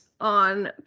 on